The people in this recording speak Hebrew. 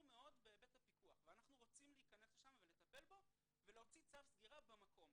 אני רוצה להיכנס ולטפל ולהוציא צו סגירה במקום.